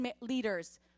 leaders